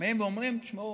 באים ואומרים: תשמעו,